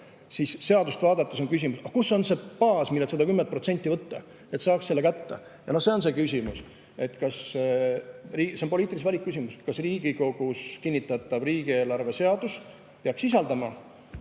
siis seadust vaadates [tekkis] küsimus, aga kus on see baas, millelt seda 10% võtta, et saaks selle kätte. See on see küsimus. See on poliitilise valiku küsimus, kas Riigikogus kinnitatav riigieelarve seadus peaks sisaldama